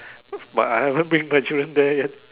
but I haven't bring my children there yet